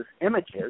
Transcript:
images